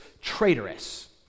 traitorous